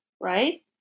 right